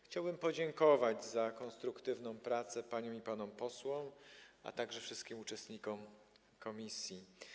Chciałbym podziękować za konstruktywną pracę paniom i panom posłom, a także wszystkim uczestnikom prac komisji.